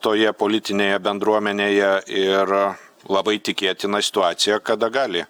toje politinėje bendruomenėje ir labai tikėtina situacija kada gali